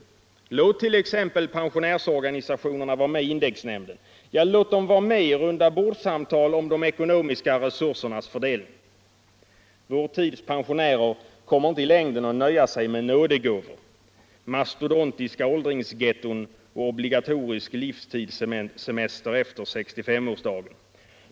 Låt t. cx. pensionärsorganisationerna vara med i indexnämnden, låt dem vara med i rundabordssamtal om de ekonomiska resursernas fördelning. Vår tids pensionärer kommer inte i längden att nöja sig med nådegåvor, mastodontiska åldringsgetton och obligatorisk livstidssemester efter 65 årsdagen.